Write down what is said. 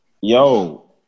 yo